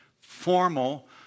formal